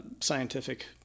scientific